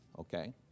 Okay